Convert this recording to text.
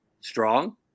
Strong